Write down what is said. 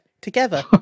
together